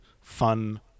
fun